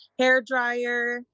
hairdryer